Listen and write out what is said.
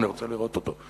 אני רוצה לראות אותו.